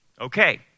Okay